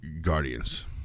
Guardians